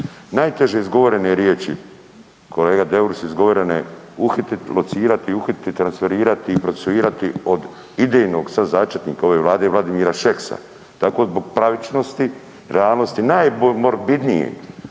Najteže izgovorene riječi kolega Deur su izgovorene uhititi, locirati, transferirati, procesuirati od idejnog sad začetnika ove Vlade Vladimira Šeksa. Tako zbog pravičnosti, realnosti najmorbidniji